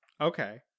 okay